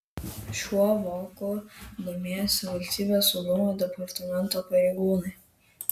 šiuo voku domėjosi valstybės saugumo departamento pareigūnai